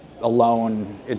alone